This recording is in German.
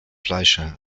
fleischer